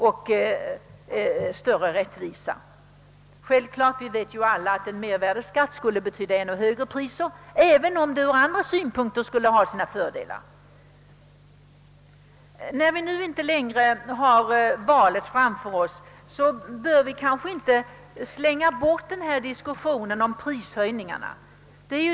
Men vi vet alla att en mervärdeskatt skulle betyda högre priser, även om den från andra synpunkter kunde ha sina fördelar. Även om valet inte längre ligger framför oss, borde vi kanske inte släppa diskussionen om prishöjningarna.